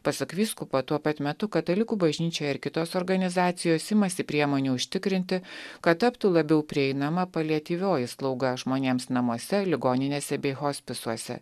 pasak vyskupo tuo pat metu katalikų bažnyčia ir kitos organizacijos imasi priemonių užtikrinti kad taptų labiau prieinama paliatyvioji slauga žmonėms namuose ligoninėse bei hospisuose